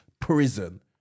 prison